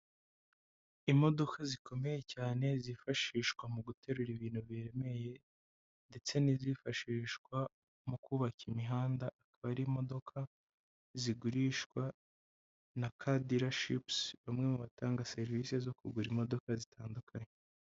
Imodoka zikomeye cyane zifashishwa mu guterura ibintu biremereye ndetse n'izifashishwa mu kubaka imihanda, akaba ari imodoka zigurishwa na Kadirashipusi umwe mu batanga serivisi zo kugura imodoka zitandukanye.